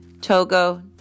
Togo